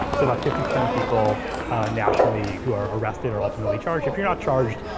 so about fifty percent of people nationally who are arrested or ultimately charged, if you're not charged,